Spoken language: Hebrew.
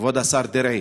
כבוד השר דרעי,